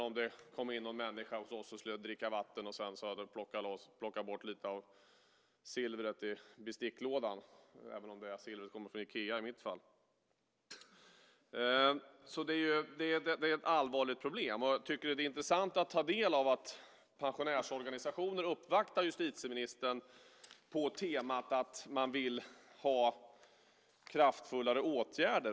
Det kan till exempel vara en människa som kommer in för att dricka vatten och sedan plockar bort silvret i besticklådan - även om silvret kommer från Ikea i mitt fall. Det är ett allvarligt problem. Det är intressant att ta del av att pensionärsorganisationer uppvaktar justitieministern på temat kraftfullare åtgärder.